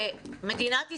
מדינת ישראל,